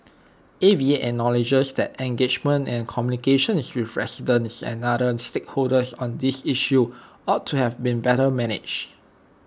A V A acknowledges that engagement and communications with residents and other stakeholders on this issue ought to have been better managed